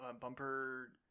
Bumper